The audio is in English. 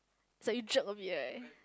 so you jerk of it right